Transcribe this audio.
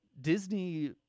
Disney